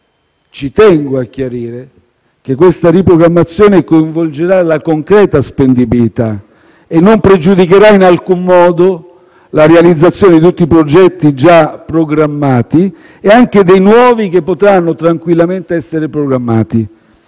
Tengo a chiarire che questa riprogrammazione coinvolgerà la concreta spendibilità e non pregiudicherà in alcun modo la realizzazione di tutti i progetti già programmati e anche dei nuovi che potranno tranquillamente essere programmati.